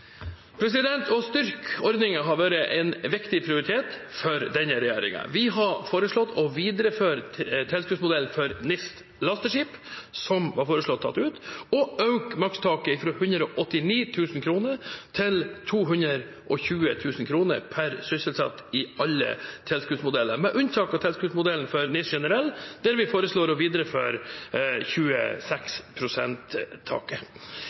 Å styrke ordningen har vært en viktig prioritet for denne regjeringen. Vi har foreslått å videreføre tilskuddsmodellen for NIS lasteskip, som var foreslått tatt ut, og øke makstaket fra 189 000 kr til 220 000 kr per sysselsatt i alle tilskuddsmodeller, med unntak av tilskuddsmodellen for NIS generell, der vi foreslår å videreføre taket